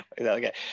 Okay